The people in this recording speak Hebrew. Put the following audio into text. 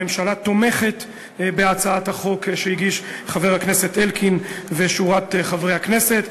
הממשלה תומכת בהצעת החוק שהגישו חבר הכנסת אלקין ושורת חברי הכנסת.